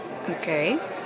Okay